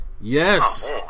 Yes